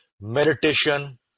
meditation